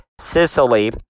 Sicily